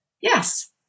Yes